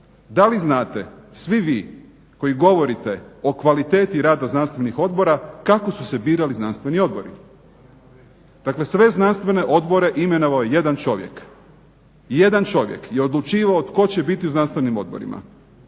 Da li znate svi vi koji govorite o kvaliteti rada znanstvenih odbora kako su se birali znanstveni odbori? Dakle, sve znanstvene odbore imenovao je jedan čovjek. Jedan čovjek je odlučivao tko će biti u znanstvenim odborima.